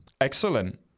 Excellent